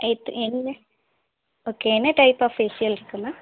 எதில் ஓகே என்ன type of facial இருக்கு மேம்